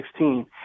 2016